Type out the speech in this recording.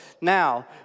Now